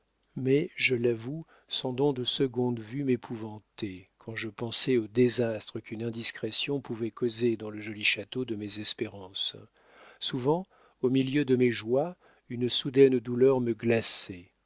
mais je l'avoue son don de seconde vue m'épouvantait quand je pensais aux désastres qu'une indiscrétion pouvait causer dans le joli château de mes espérances souvent au milieu de mes joies une soudaine douleur me glaçait